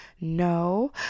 No